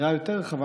כאמירה יותר רחבה,